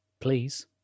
Please